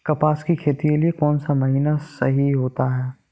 कपास की खेती के लिए कौन सा महीना सही होता है?